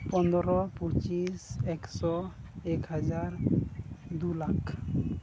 ᱯᱚᱸᱫᱽᱨᱚ ᱯᱚᱸᱪᱤᱥ ᱮᱠᱥᱚ ᱮᱠ ᱦᱟᱡᱟᱨ ᱫᱩ ᱞᱟᱠᱷ